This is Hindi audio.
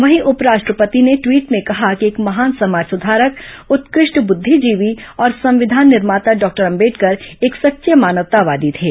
वहीं उपराष्ट्रपति ने ट्वीट में कहा कि एक महान समाज सुधारक उत्कृष्ट बुद्धिजीवी और संविधान निर्माता डॉक्टर अंबेडकर एक सच्चे मानवतावादी थे